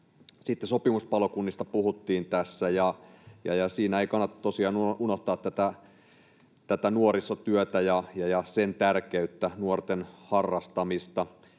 sopimuspalokunnista puhuttiin tässä, ja siinä ei kannata tosiaan unohtaa tätä nuorisotyötä ja sen tärkeyttä, nuorten harrastamista.